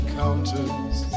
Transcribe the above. counters